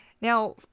Now